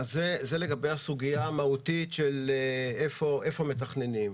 זאת הסוגיה המהותית איפה מתכננים.